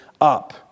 up